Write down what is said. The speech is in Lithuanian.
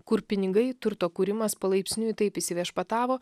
kur pinigai turto kūrimas palaipsniui taip įsiviešpatavo